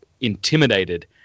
intimidated